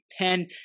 pen